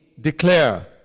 declare